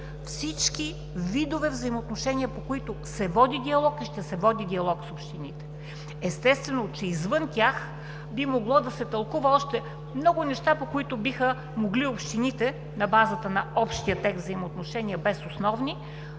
всички видове взаимоотношения, по които се води и ще се води диалог с общините. Естествено е, че извън тях би могло да се тълкуват още много неща, по които биха могли общините на базата на общия текст – „взаимоотношения“, без „основни“,